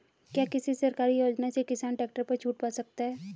क्या किसी सरकारी योजना से किसान ट्रैक्टर पर छूट पा सकता है?